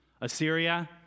Assyria